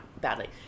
badly